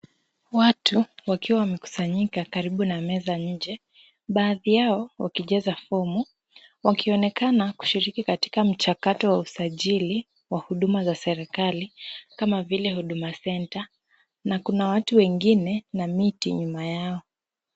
Watu wakiwa wamekusanyika karibu na meza nje, baadhi yao wakijaza fomu, wakionekana kushiriki katika mchakato wa usajili wa huduma za serikali kama vile huduma center na kuna watu wengine na miti nyuma yao.